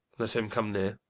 let him come near.